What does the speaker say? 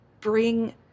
bring